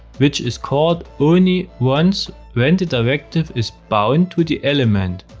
which is called only once when the directive is bound to the element.